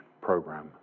program